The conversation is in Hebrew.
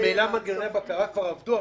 ממילא מנגנוני הבקרה כבר עבדו.